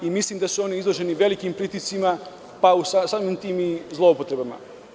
Mislim da su oni izloženi velikim pritiscima, pa samim tim i zloupotrebama.